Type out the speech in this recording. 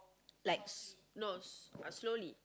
likes no but slowly